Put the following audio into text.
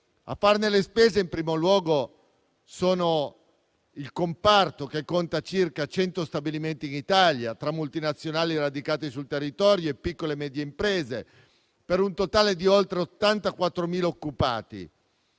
A farne le spese in primo luogo sono il comparto, che conta circa 100 stabilimenti in Italia, tra multinazionali radicate sul territorio e piccole e medie imprese, per un totale di oltre 84.000 occupati